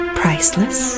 priceless